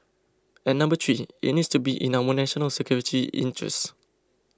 and number three it needs to be in our national security interests